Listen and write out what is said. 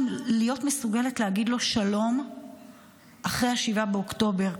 להיות מסוגלת להגיד לו שלום אחרי 7 באוקטובר.